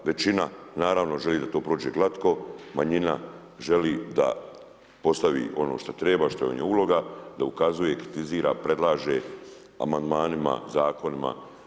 Većina naravno želi da to prođe glatko, manjina želi da postavi ono što treba, što joj je uloga da ukazuje, kritizira, predlaže amandmanima, zakonima.